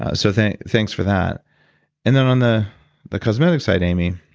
ah so, thanks thanks for that and then on the the cosmetic side amy,